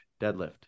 deadlift